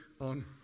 on